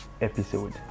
episode